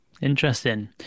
Interesting